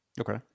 Okay